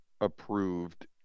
approved